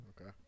Okay